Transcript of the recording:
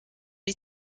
die